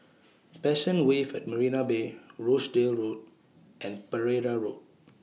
Passion Wave At Marina Bay Rochdale Road and Pereira Road